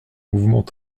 mouvements